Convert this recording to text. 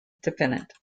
defendant